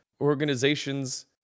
organizations